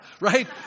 Right